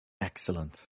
Excellent